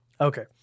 Okay